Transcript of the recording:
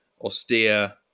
austere